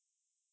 uh